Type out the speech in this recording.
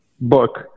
book